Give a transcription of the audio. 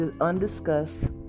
undiscussed